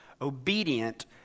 obedient